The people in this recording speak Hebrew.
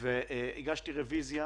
הגשתי רביזיה.